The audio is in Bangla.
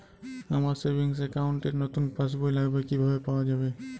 আমার সেভিংস অ্যাকাউন্ট র নতুন পাসবই লাগবে, কিভাবে পাওয়া যাবে?